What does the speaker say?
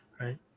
right